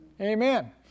Amen